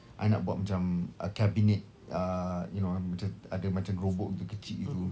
I nak buat macam a cabinet uh you know macam ada macam gerobok kecil gitu